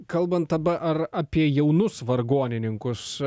kalbant taba ar apie jaunus vargonininkus